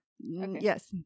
yes